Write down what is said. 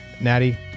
Natty